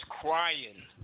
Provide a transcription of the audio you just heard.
crying